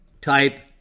type